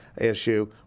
issue